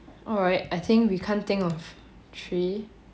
alright I think we can't think of three